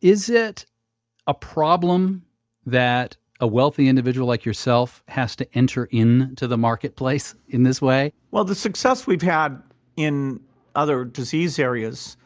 is it a problem that a wealthy individual like yourself has to enter in to the marketplace in this way? well, the success we've had in other disease areas